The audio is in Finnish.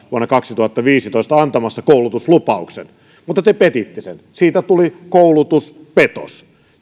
vuonna kaksituhattaviisitoista antamassa koulutuslupauksen mutta te petitte sen siitä tuli koulutuspetos